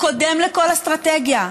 קודם לכל אסטרטגיה,